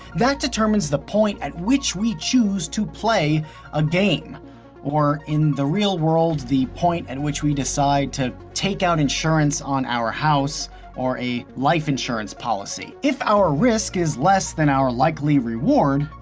that determines the point at which we choose to play a game or, in the real world, the point at which we decide to take out insurance on our house or a life insurance policy. if our risk is less than our likely reward,